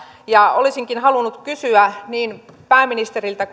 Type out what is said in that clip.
olisinkin halunnut kysyä niin pääministeriltä